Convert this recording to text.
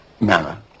manner